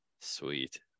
sweet